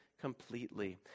completely